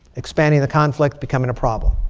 expanding the conflict. becoming a problem.